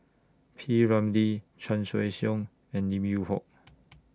P Ramlee Chan Choy Siong and Lim Yew Hock